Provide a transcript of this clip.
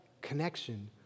connection